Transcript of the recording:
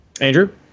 Andrew